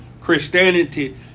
Christianity